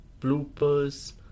bloopers